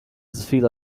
feel